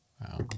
Wow